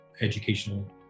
educational